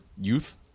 youth